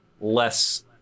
less